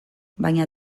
baina